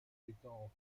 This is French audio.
étant